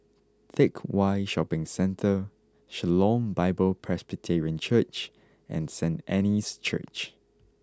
Teck Whye Shopping Centre Shalom Bible Presbyterian Church and Saint Anne's Church